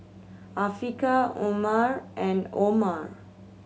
Afiqah Umar and Omar